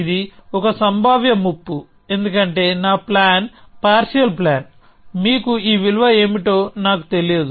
ఇది ఒక సంభావ్య ముప్పు ఎందుకంటే నా ప్లాన్ పార్షియల్ ప్లాన్ మీకు ఈ విలువ ఏమిటో నాకు తెలియదు